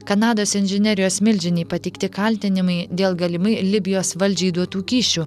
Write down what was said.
kanados inžinerijos milžinei pateikti kaltinimai dėl galimai libijos valdžiai duotų kyšių